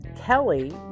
Kelly